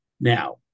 Now